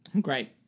Great